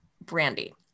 brandy